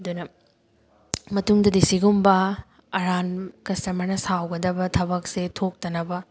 ꯑꯗꯨꯅ ꯃꯇꯨꯡꯗꯗꯤ ꯁꯤꯒꯨꯝꯕ ꯑꯔꯥꯟ ꯀꯁꯇꯃꯔꯅ ꯁꯥꯎꯒꯗꯕ ꯊꯕꯛꯁꯦ ꯊꯣꯛꯇꯅꯕ